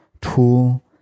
tool